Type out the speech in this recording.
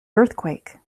earthquake